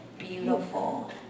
beautiful